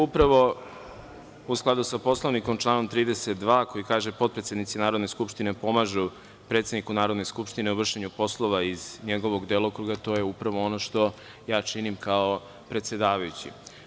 Upravo, u skladu sa Poslovnikom članom 32. koji kaže – potpredsednici Narodne skupštine pomažu predsedniku Narodne skupštine u vršenju poslova iz njegovog delokruga, to je upravo ono što ja činim kao predsedavajući.